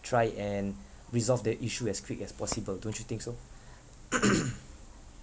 try and resolve the issue as quick as possible don't you think so